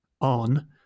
on